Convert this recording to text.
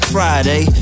Friday